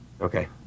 Okay